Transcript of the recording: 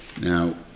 Now